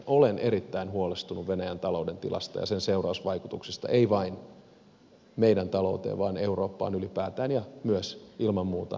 olen erittäin huolestunut venäjän talouden tilasta ja sen seurausvaikutuksista ei vain meidän talouteemme vaan eurooppaan ylipäätään ja myös ilman muuta itä suomeen